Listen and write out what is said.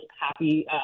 happy